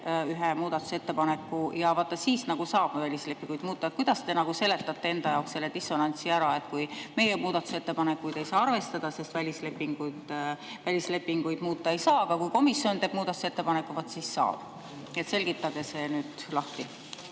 ühe muudatusettepaneku ja siis nagu sai välislepinguid muuta. Kuidas te seletate enda jaoks selle dissonantsi ära? Meie muudatusettepanekuid ei saa arvestada, sest välislepinguid muuta ei saa, aga kui komisjon teeb muudatusettepaneku, vaat siis saab. Selgitage see lahti.